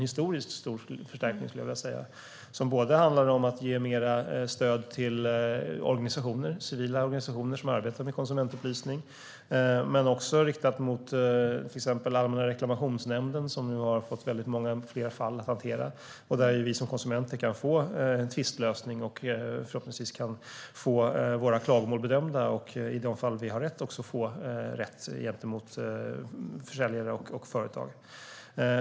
Det handlar om att ge mer stöd till civila organisationer som arbetar med konsumentupplysning, och det riktas också till exempelvis Allmänna reklamationsnämnden, som nu har fått väldigt många fler fall att hantera. Där kan vi konsumenter få tvistlösning och förhoppningsvis få våra klagomål bedömda, och i de fall vi har rätt kan vi också få rätt gentemot försäljare och företag.